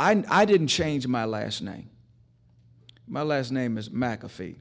i didn't change my last night my last name is mcafee